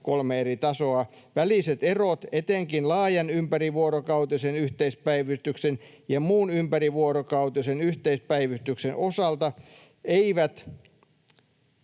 kolme eri tasoa, ”väliset erot etenkin laajan ympärivuorokautisen yhteispäivystyksen ja muun ympärivuorokautisen yhteispäivystyksen osalta eivät